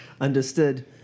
Understood